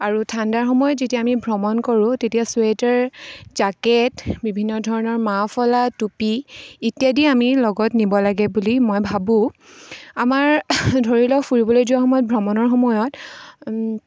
আৰু ঠাণ্ডাৰ সময়ত যেতিয়া আমি ভ্ৰমণ কৰোঁ তেতিয়া চুৱেটাৰ জেকেট বিভিন্ন ধৰণৰ মাফলাৰ টুপি ইত্যাদি আমি লগত নিব লাগে বুলি মই ভাবোঁ আমাৰ ধৰি লওক ফুৰিবলৈ যোৱাৰ সময়ত ভ্ৰমণৰ সময়ত